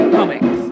comics